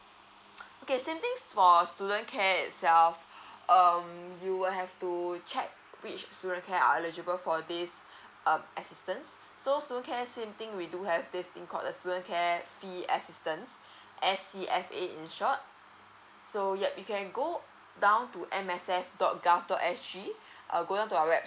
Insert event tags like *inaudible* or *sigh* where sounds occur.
*noise* okay same things for student care itself um you will have to check which student care are elegible for this um assistance so student care same thing we do have this thing called a student care fee assistance S_C_F_A in short so yup you can go down to M S F dot gov dot S_G err go down to our website